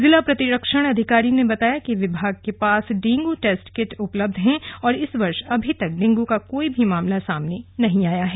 जिला प्रतिरक्षण अधिकारी ने बताया कि विभाग के पास डेंगू टेस्ट किट उपलब्ध हैं और इस वर्ष अभी तक डेंगू का कोई मामला सामने नही आया है